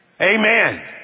Amen